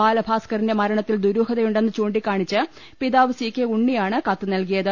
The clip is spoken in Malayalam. ബാലഭാസ്കറിന്റെ മരണത്തിൽ ദുരൂഹത യുണ്ടെന്ന് ചൂണ്ടിക്കാണിച്ച് പിതാവ് സി കെ ഉണ്ണിയാണ് കത്ത് നൽകിയത്